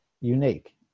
unique